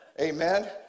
Amen